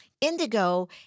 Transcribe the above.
Indigo